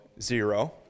zero